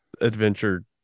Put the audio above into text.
adventure